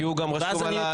כי הוא גם רשום על הנושא חדש.